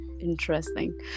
Interesting